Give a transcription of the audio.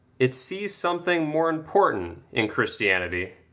it sees something more important in christianity,